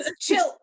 chill